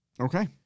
Okay